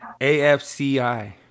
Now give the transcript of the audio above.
AFCI